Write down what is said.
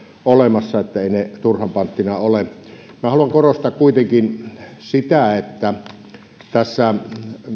olemassa että eivät ne turhan panttina ole haluan korostaa kuitenkin sitä että kun tässä